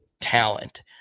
talent